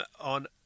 on